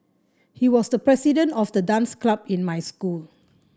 he was the president of the dance club in my school